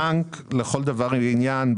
בנק לכל דבר ועניין,